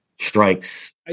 strikes